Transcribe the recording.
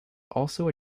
also